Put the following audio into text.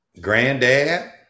granddad